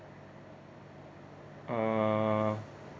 uh